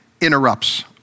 interrupts